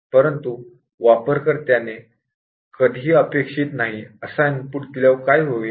परंतु यूजर ने कधीही अपेक्षित नाही असा इनपुट दिल्यावर काय होईल